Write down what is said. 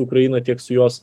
ukraina tiek su jos